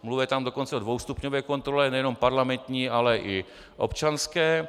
Mluví tam dokonce o dvoustupňové kontrole, nejenom parlamentní, ale i občanské.